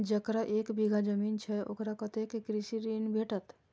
जकरा एक बिघा जमीन छै औकरा कतेक कृषि ऋण भेटत?